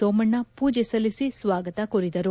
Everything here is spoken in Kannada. ಸೋಮಣ್ಣ ಪೂಜೆ ಸಲ್ಲಿಸಿ ಸ್ವಾಗತ ಕೋರಿದರು